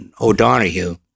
O'Donoghue